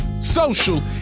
social